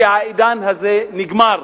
שהעידן הזה נגמר.